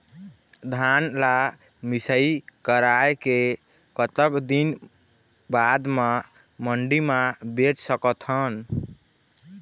धान ला मिसाई कराए के कतक दिन बाद मा मंडी मा बेच सकथन?